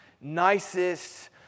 nicest